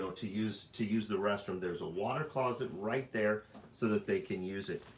to use, to use the restroom. there's a water closet right there so that they can use it.